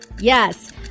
Yes